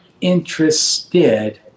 interested